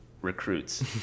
recruits